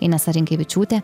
inesa rinkevičiūtė